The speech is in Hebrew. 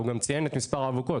הוא גם ציין את מספר האבוקות.